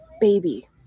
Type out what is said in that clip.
Baby